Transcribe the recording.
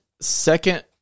Second